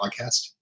podcast